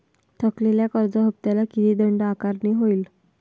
थकलेल्या कर्ज हफ्त्याला किती दंड आकारणी होईल?